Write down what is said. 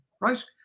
Right